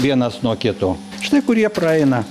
vienas nuo kito štai kurie praeina